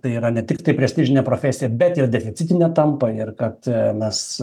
tai yra ne tik tai prestižinė profesija bet ir deficitine tampa ir kad mes